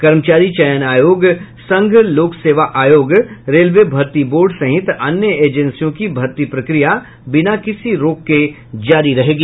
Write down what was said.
कर्मचारी चयन आयोग संघ लोक सेवा आयोग रेलवे भर्ती बोर्ड सहित अन्य एजेंसियों की भर्ती प्रक्रिया बिना किसी रोक के जारी रहेंगी